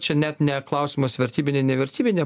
čia net ne klausimas vertybinė nevertybinė